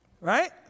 right